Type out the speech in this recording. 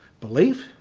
belief.